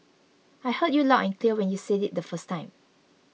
I heard you loud and clear when you said it the first time